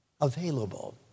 available